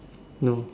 no